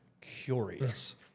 curious